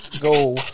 go